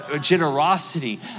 generosity